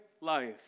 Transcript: life